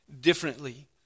differently